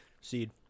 Seed